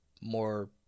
more –